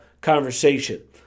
conversation